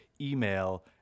email